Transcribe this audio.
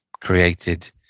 created